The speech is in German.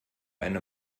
eine